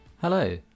Hello